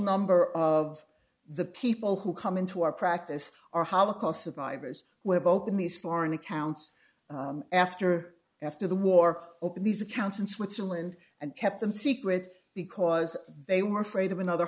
number of the people who come into our practice are holocaust survivors web open these foreign accounts after after the war open these accounts in switzerland and kept them secret because they were afraid of another